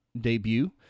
debut